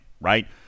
right